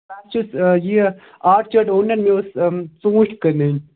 چھُس یہِ آرچِڑ ووٗمٮ۪ن مےٚ اوس ژوٗنٹھۍ کٕنٕنۍ